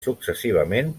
successivament